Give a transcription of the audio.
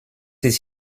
ist